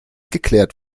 geklärt